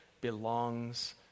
belongs